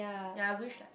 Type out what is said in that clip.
yea I wish like